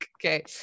Okay